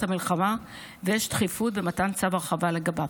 המלחמה ויש דחיפות במתן צו הרחבה לגביו,